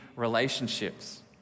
relationships